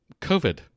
COVID